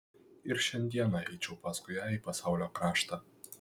ir šiandieną eičiau paskui ją į pasaulio kraštą